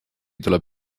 tuleb